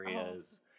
areas